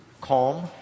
calm